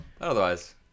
Otherwise